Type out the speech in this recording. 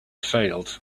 failed